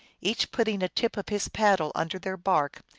each putting a tip of his paddle under their bark,